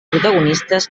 protagonistes